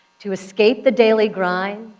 to escape the daily grind,